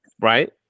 right